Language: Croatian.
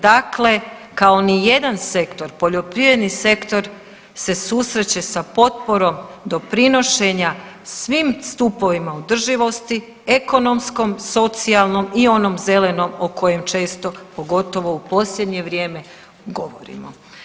Dakle, kao nijedan sektor poljoprivredni sektor se susreće sa potporom doprinošenja svim stupovima održivosti, ekonomskom, socijalnom i onom zelenom o kojem često, pogotovo u posljednje vrijeme govorimo.